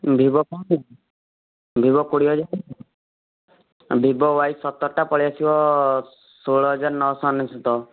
Vivo କ'ଣ Vivo କୋଡ଼ିଏ ହଜାର ଭିବୋ ୱାଇ ସତରଟା ପଳାଇ ଆସିବ ଷୋହଳ ହଜାର ନଅଶହ ଅନେଶ୍ୱତ